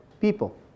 people